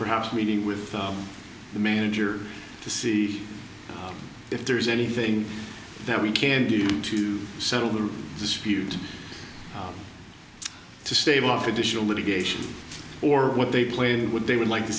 perhaps meeting with the manager to see if there is anything that we can do to settle the dispute to stave off additional litigation or what they play would they would like to